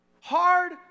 Hard